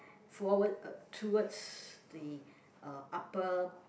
forward towards the uh upper